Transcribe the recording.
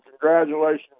congratulations